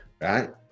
right